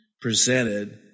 presented